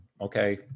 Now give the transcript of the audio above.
okay